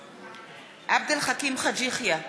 נגד עבד אל חכים חאג' יחיא,